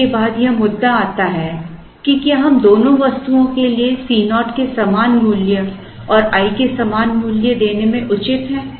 इसके बाद यह मुद्दा आता है कि क्या हम दोनों वस्तुओं के लिए Co के समान मूल्य और i के समान मूल्य देने में उचित हैं